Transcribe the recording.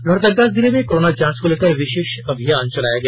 लोहरदगा जिला मे कोरोना जांच को लेकर विशेष अभियान चलाया गया